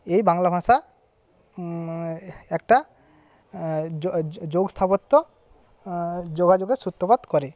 এই বাংলা ভাষা একটা যোগ স্থাপত্য যোগাযোগের সূত্রপাত করে